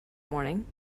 morning